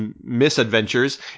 misadventures